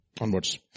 onwards